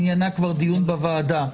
דיון בוועדה,